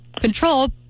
control